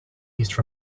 east